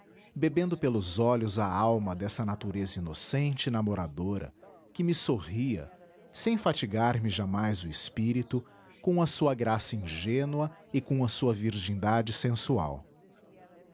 bebendo pelos olhos a alma dessa natureza inocente e namoradora que me sorria sem fatigar me jamais o espírito com a sua graça ingênua e com sua virgindade sensual